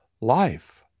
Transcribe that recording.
life